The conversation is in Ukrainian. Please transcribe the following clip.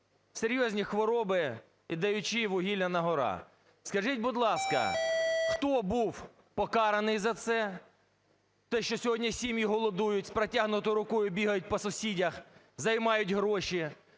серйозні хвороби і даючи вугілля на-гора. Скажіть, будь ласка, хто був покараний за це, те, що сьогодні сім'ї голодують, з протягнутою рукою бігають по сусідах, займають гроші?